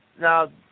now